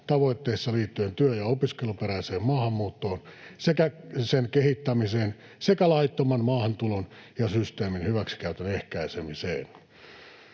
tavoitteissa liittyen työ- ja opiskeluperäiseen maahanmuuttoon sekä sen kehittämiseen sekä laittoman maahantulon ja systeemin hyväksikäytön ehkäisemiseen.